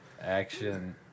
Action